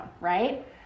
right